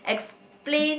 explain